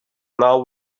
now